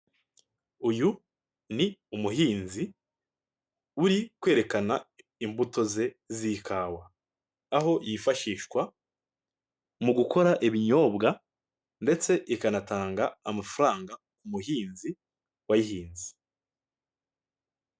Uyu ni umuhinzi uri kwerekana imbuto ze z'ikawa, aho yifashishwa mu gukora ibinyobwa ndetse ikanatanga amafaranga ku muhinzi wayihinze.